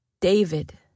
David